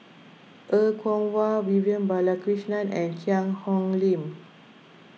Er Kwong Wah Vivian Balakrishnan and Cheang Hong Lim